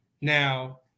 Now